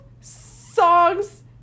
songs